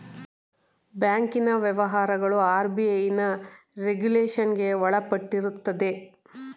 ಬ್ಯಾಂಕಿನ ವ್ಯವಹಾರಗಳು ಆರ್.ಬಿ.ಐನ ರೆಗುಲೇಷನ್ಗೆ ಒಳಪಟ್ಟಿರುತ್ತದೆ